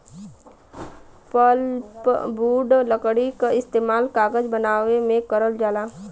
pulpwood लकड़ी क इस्तेमाल कागज बनावे में करल जाला